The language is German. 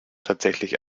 tatsächlich